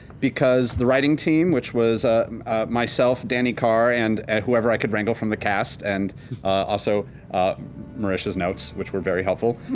because the writing team, which was myself, dani carr, and whoever i could wrangle from the cast, and also marisha's notes, which were very helpful,